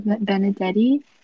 Benedetti